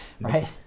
right